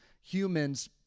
humans